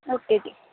okay ਜੀ